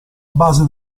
base